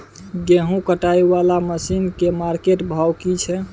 गेहूं कटाई वाला मसीन के मार्केट भाव की छै?